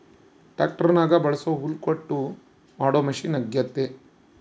ಟ್ಯಾಕ್ಟರ್ನಗ ಬಳಸೊ ಹುಲ್ಲುಕಟ್ಟು ಮಾಡೊ ಮಷಿನ ಅಗ್ಯತೆ